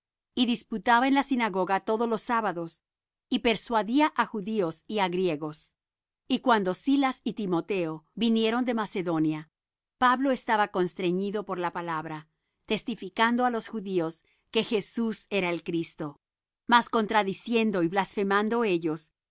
y disputaba en la sinagoga todos los sábados y persuadía á judíos y á griegos y cuando silas y timoteo vinieron de macedonia pablo estaba constreñido por la palabra testificando á los judíos que jesús era el cristo mas contradiciendo y blasfemando ellos